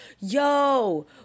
yo